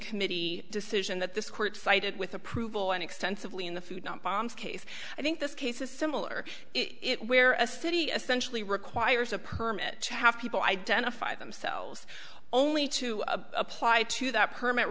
committee decision that this court cited with approval and extensively in the food not bombs case i think this case is similar it where a city essentially requires a permit to have people identify themselves only to apply to that permit